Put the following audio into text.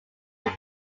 were